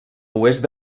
oest